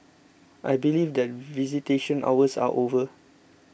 I believe that visitation hours are over